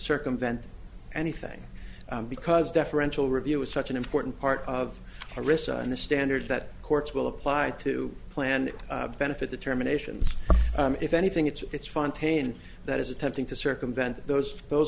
circumvent anything because deferential review is such an important part of a risk in the standard that courts will apply to planned benefit determinations if anything it's fine tain that is attempting to circumvent those those